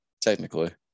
technically